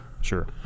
Sure